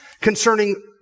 concerning